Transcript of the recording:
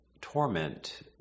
torment